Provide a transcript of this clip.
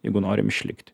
jeigu norim išlikti